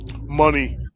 money